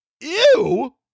Ew